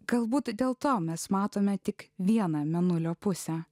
galbūt dėl to mes matome tik vieną mėnulio pusę